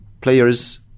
players